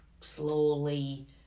slowly